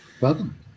Welcome